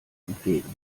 entgegen